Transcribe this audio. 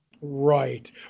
Right